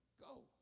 Go